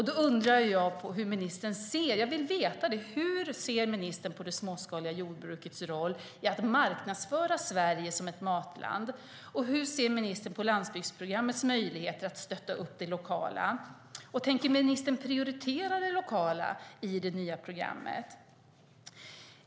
Då undrar jag hur ministern ser på detta. Hur ser ministern på det småskaliga jordbrukets roll i att marknadsföra Sverige som ett matland? Hur ser ministern på landsbygdsprogrammets möjligheter att stötta det lokala? Tänker ministern prioritera det lokala i det nya programmet?